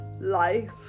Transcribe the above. life